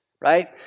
right